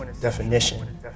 definition